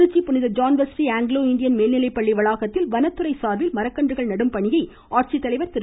திருச்சி புனித John Westry Anglo Indian மேல்நிலைப்பள்ளி வளாகத்தில் வனத்துறையின் சார்பில் மரக்கன்றுகள் நடும் பணியை மாவட்ட ஆட்சித்தலைவர் திரு